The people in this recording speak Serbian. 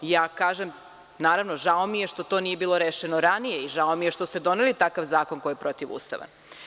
Naravno, žao mi je što to nije bilo rešeno ranije i žao mi je što ste doneli takav zakon koji je protivustavan.